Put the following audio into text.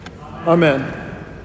Amen